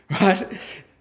Right